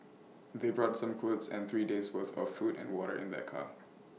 they brought some clothes and three days' worth of food and water in their car